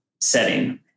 setting